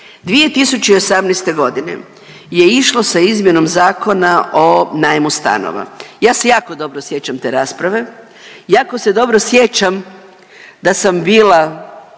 2018. godine je išlo sa izmjenom Zakona o najmu stanova. Ja se jako dobro sjećam te rasprave. Jako se dobro sjećam da sam bila